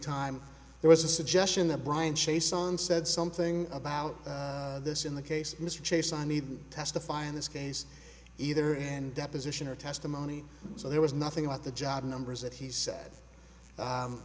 time there was a suggestion that bryan chase son said something about this in the case mr chase i need to testify in this case either and deposition or testimony so there was nothing about the job numbers that he said